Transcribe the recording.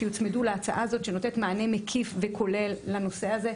שיוצמדו להצעה הזאת שנותנת מענה מקיף וכולל לנושא הזה,